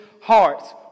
hearts